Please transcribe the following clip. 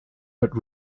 but